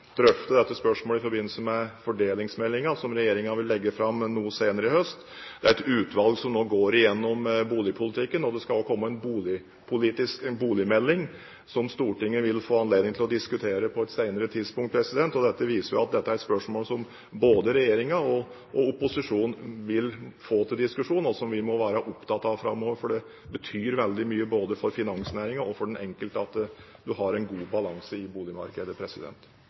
drøfte dette spørsmålet i forbindelse med fordelingsmeldingen, som regjeringen vil legge fram noe senere i høst. Det er et utvalg som nå går gjennom boligpolitikken. Det skal også komme en boligmelding, som Stortinget vil få anledning til å diskutere på et senere tidspunkt. Dette viser jo at dette er et spørsmål som både regjeringen og opposisjonen vil få til diskusjon, og som vi må være opptatt av framover, for det betyr veldig mye både for finansnæringen og for den enkelte at man har en god balanse i boligmarkedet.